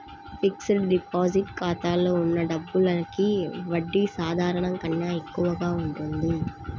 fixed deposit ఖాతాలో ఉన్న డబ్బులకి వడ్డీ సాధారణం కన్నా ఎక్కువగా ఉంటుంది